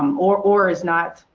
um ore ore is not,